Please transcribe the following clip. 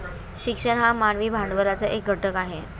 शिक्षण हा मानवी भांडवलाचा एक घटक आहे